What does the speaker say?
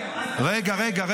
רגע.